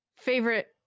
Favorite